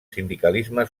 sindicalisme